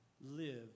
live